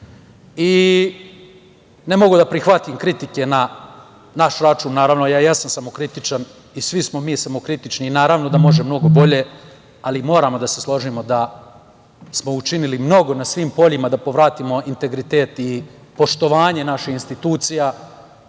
Ne mogu da prihvatim kritike na naš račun. Naravno, ja jesam samokritičan i svi smo mi samokritični i naravno da može mnogo bolje, ali moramo da se složimo da smo učinili mnogo na svim poljima da povratimo integritet i poštovanje naših institucija,